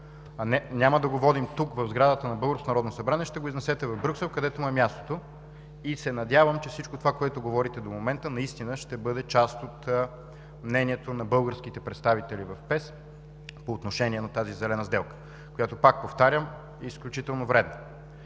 няма да го водим тук, в сградата на българското Народно събрание, а ще го изнесете в Брюксел, където му е мястото. Надявам се, че всичко това, което говорите до момента, наистина ще бъде част от мнението на българските представители в ПЕС по отношение на тази зелена сделка, която, пак повтарям, е изключително вредна.